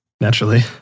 Naturally